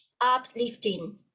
uplifting